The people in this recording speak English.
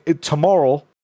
tomorrow